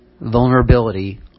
vulnerability